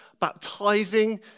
baptizing